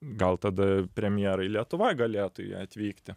gal tada premjerai lietuvoj galėtų atvykti